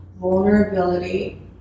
vulnerability